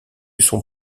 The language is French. son